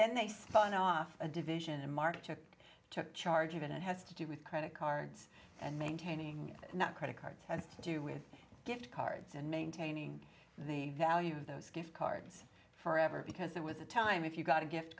then they spun off a division and mark took took charge of it has to do with credit cards and maintaining credit cards to do with gift cards and maintaining the value of those gift cards forever because there was a time if you got a gift